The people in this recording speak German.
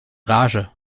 rage